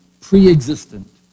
preexistent